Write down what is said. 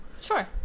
sure